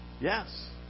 Yes